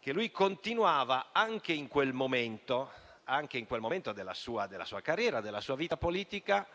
che egli continuava, anche in quel momento della sua carriera e della sua vita politica,